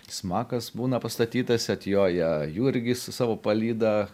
smakas būna pastatytas atjoja jurgis su savo palyda